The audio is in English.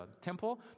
temple